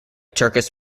turkish